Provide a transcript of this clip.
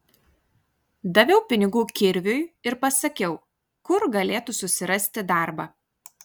daviau pinigų kirviui ir pasakiau kur galėtų susirasti darbą